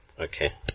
Okay